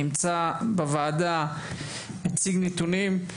נמצא בוועדה והציג נתונים.